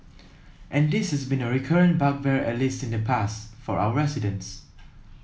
and this has been a recurrent bugbear at least in the past for our residents